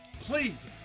please